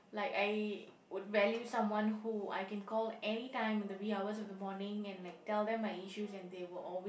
like I would value someone who I can call anytime in the wee hours of the morning and like tell them my issues and they will always